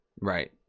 Right